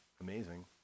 amazing